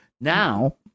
Now